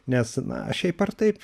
nes na šiaip ar taip